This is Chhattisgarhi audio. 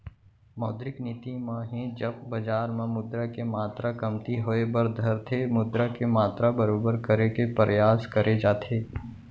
मौद्रिक नीति म ही जब बजार म मुद्रा के मातरा कमती होय बर धरथे मुद्रा के मातरा बरोबर करे के परयास करे जाथे